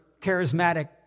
charismatic